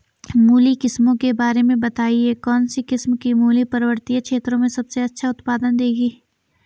मूली की किस्मों के बारे में बताइये कौन सी किस्म की मूली पर्वतीय क्षेत्रों में सबसे अच्छा उत्पादन देंगी?